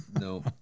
No